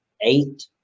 eight